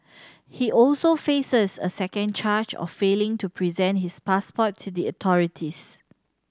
he also faces a second charge of failing to present his passport to the authorities